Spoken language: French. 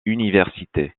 université